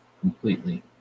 completely